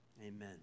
Amen